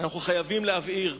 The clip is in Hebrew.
אנחנו חייבים להבהיר,